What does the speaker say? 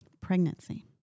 pregnancy